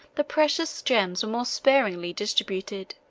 the precious gems were more sparingly distributed.